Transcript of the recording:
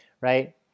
right